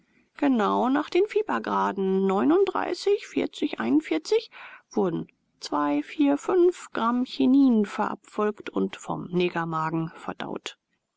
genau nach den graden wurden zwei vier fünf gram chinin verabfolgt und vom negermagen verdaut